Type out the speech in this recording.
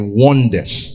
wonders